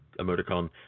emoticon